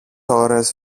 ώρες